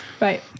Right